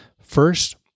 First